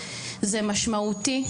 זה משמעותי,